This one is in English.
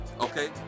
Okay